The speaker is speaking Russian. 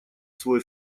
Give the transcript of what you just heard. свой